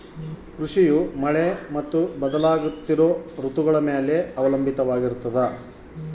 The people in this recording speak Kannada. ಕೃಷಿಯು ಮಳೆ ಮತ್ತು ಬದಲಾಗುತ್ತಿರೋ ಋತುಗಳ ಮ್ಯಾಲೆ ಅವಲಂಬಿತವಾಗಿರ್ತದ